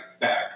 back